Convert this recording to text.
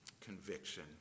conviction